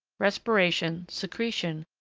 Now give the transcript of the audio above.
respiration, secretion,